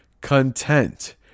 content